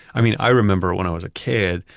i mean i remember when i was a kid,